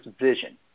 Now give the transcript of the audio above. vision